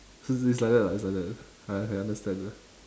cause it's like that lah it's like that I I understand